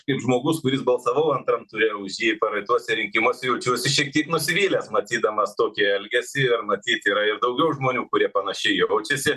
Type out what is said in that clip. kaip žmogus kuris balsavau antram ture rusy praeituose rinkimuose jaučiuosi šiek tiek nusivylęs matydamas tokį elgesį ir matyt yra ir daugiau žmonių kurie panašiai jaučiasi